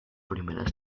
primeras